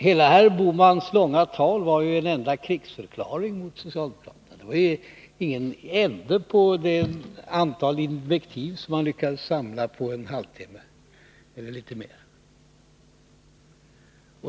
Hela herr Bohmans långa tal var en enda krigsförklaring mot socialdemokraterna. Det var ingen ände på det antal invektiv som han lyckades samla under en dryg halvtimme.